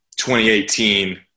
2018